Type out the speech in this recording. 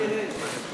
בואו נראה את זה.